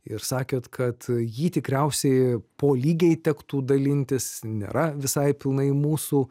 ir sakėt kad jį tikriausiai po lygiai tektų dalintis nėra visai pilnai mūsų